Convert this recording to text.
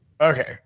Okay